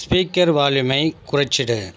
speaker வால்யூமை குறைச்சிடு